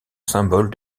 symbole